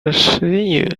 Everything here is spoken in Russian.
расширению